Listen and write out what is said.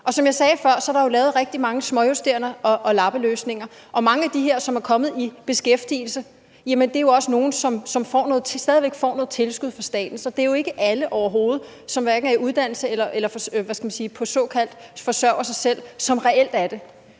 Og som jeg sagde før, er der jo lavet rigtig mange småjusteringer og lappeløsninger, og mange af de her, som er kommet i beskæftigelse, er jo også nogen, som stadig væk får noget tilskud fra staten, så det er jo overhovedet ikke alle, som enten er i uddannelse eller – hvad skal man sige? – forsørger sig selv, som reelt er det.